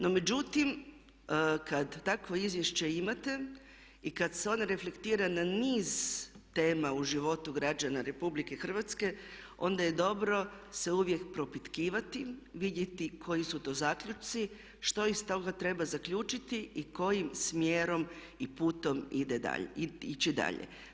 No međutim, kad takvo izvješće imate i kad se ono reflektira na niz tema u životu građana Republike Hrvatske onda je dobro se uvijek propitkivati, vidjeti koji su to zaključci, što iz toga treba zaključiti i kojim smjerom i putem ići dalje.